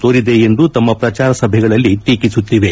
ತೋರಿದೆ ಎಂದು ತಮ್ಮ ಪ್ರಚಾರ ಸಭೆಗಳಲ್ಲಿ ಟೀಕಿಸುತ್ತಿವೆ